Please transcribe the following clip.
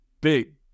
big